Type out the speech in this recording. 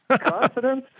Confidence